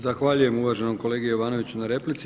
Zahvaljujem uvaženom kolegi Jovanoviću na replici.